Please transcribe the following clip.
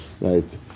right